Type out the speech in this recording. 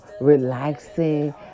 relaxing